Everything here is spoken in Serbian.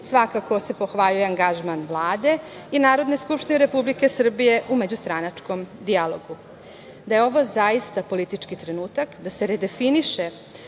Svakako se pohvaljuje angažman Vlade i Narodne skupštine Republike Srbije u međustranačkom dijalogu. Da je ovo zaista politički trenutak da se redefiniše